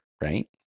right